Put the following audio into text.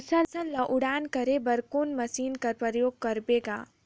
फसल ल उड़ान करे बर कोन मशीन कर प्रयोग करबो ग?